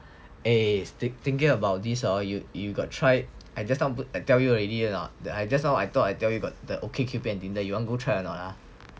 eh thinking about this hor you you got try I just now tell you already or not that I just now I thought I tell you got that OkCupid and Tinder you want go try or not ah